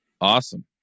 Awesome